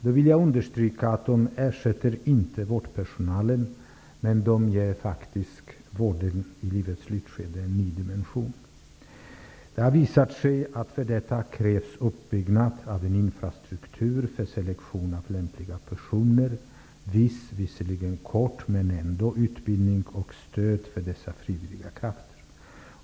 Jag vill understryka att det inte ersätter vårdpersonalen, men faktiskt ger vården en ny dimension. Det har visat sig att det för detta krävs uppbyggnad av en infrastruktur för selektion av lämpliga personer, viss om än kort utbildning och stöd för dessa frivilliga krafter.